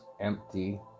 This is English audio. empty